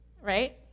Right